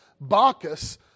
Bacchus